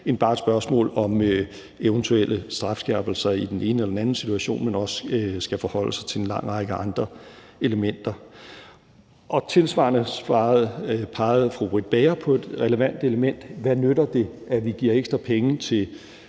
end bare et spørgsmål om eventuelle strafskærpelser i den ene eller anden situation, men også skal forholde sig til en lang række andre elementer. Tilsvarende pegede fru Britt Bager på et relevant element, nemlig hvad det nytter, at vi giver ekstra penge til